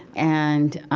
and